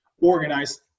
organized